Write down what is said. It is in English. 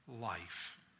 life